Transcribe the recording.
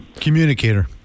Communicator